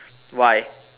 why